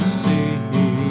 see